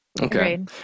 Okay